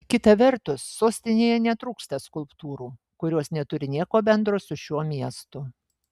kita vertus sostinėje netrūksta skulptūrų kurios neturi nieko bendro su šiuo miestu